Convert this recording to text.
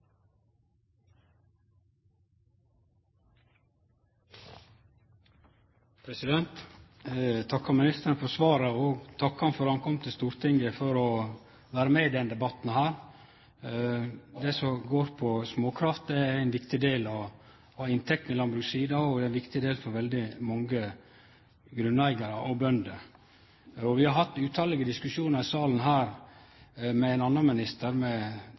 vil takke ministeren for svaret og for at han kom til Stortinget for å vere med på denne debatten. Småkraft er ein viktig del av inntektene på landbrukssida, og det er ein viktig del for veldig mange grunneigarar og bønder. Vi har hatt eit utal av diskusjonar i denne salen med ein annan minister,